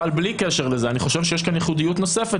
אבל בלי קשר לזה אני חושב שיש כאן ייחודיות נוספת